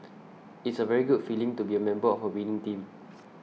it's a very good feeling to be a member of a winning team